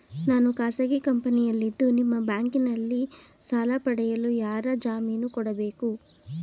ನಾನು ಖಾಸಗಿ ಕಂಪನಿಯಲ್ಲಿದ್ದು ನಿಮ್ಮ ಬ್ಯಾಂಕಿನಲ್ಲಿ ಸಾಲ ಪಡೆಯಲು ಯಾರ ಜಾಮೀನು ಕೊಡಬೇಕು?